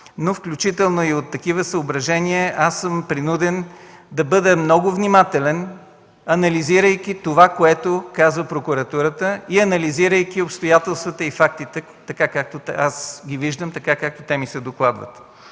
но включително и от такива съображения аз съм принуден да бъда много внимателен, анализирайки това, което казва прокуратурата, и анализирайки обстоятелствата и фактите, както аз ги виждам и както ми се докладват.